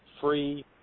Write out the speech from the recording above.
free